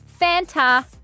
Fanta